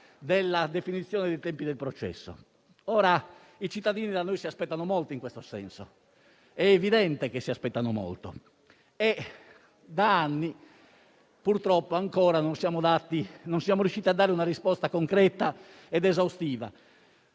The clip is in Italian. nella definizione dei tempi del processo. I cittadini da noi si aspettano molto in questo senso, ed è evidente che si aspettano molto. Da anni purtroppo ancora non siamo riusciti a dare loro una risposta concreta ed esaustiva.